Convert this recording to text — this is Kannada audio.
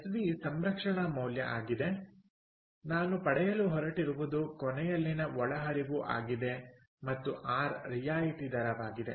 ಎಸ್ವಿ ಸಂರಕ್ಷಣಾ ಮೌಲ್ಯ ಆಗಿದೆ ನಾನು ಪಡೆಯಲು ಹೊರಟಿರುವುದು ಕೊನೆಯಲ್ಲಿನ ಒಳಹರಿವು ಆಗಿದೆ ಮತ್ತು ಆರ್ ರಿಯಾಯಿತಿ ದರವಾಗಿದೆ